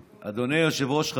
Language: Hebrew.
היושב-ראש,